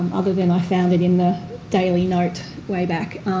um other than i found it in the daily note way back.